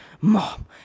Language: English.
Mom